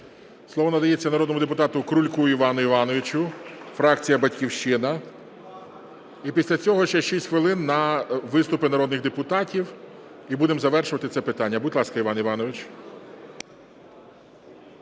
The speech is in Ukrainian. Слово надається народному депутату Крульку Івану Івановичу, фракція "Батьківщина". І після цього ще 6 хвилин на виступи народних депутатів, і будемо завершувати це питання. Будь ласка, Іване Івановичу.